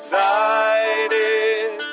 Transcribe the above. Decided